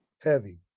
heavy